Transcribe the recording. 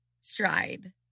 stride